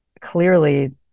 clearly